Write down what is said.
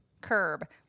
curb